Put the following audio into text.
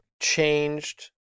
changed